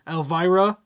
Elvira